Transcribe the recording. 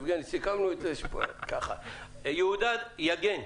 יהודה יגן.